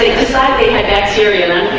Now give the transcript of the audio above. decide they had backs here yeah and